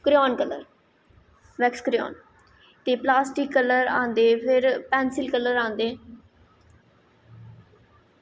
करेयान colour मेसकरान ते plastic colour आंदे फिर पैंसिल कलर आंदे